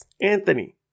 Anthony